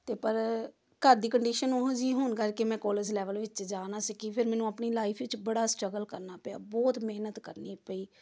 ਅਤੇ ਪਰ ਘਰ ਦੀ ਕੰਡੀਸ਼ਨ ਉਹੋ ਜਿਹੀ ਹੋਣ ਕਰਕੇ ਮੈਂ ਕੋਲਜ ਲੈਵਲ ਵਿੱਚ ਜਾ ਨਾ ਸਕੀ ਫਿਰ ਮੈਨੂੰ ਆਪਣੀ ਲਾਈਫ ਵਿੱਚ ਬੜਾ ਸਟਰਗਲ ਕਰਨਾ ਪਿਆ ਬਹੁਤ ਮਿਹਨਤ ਕਰਨੀ ਪਈ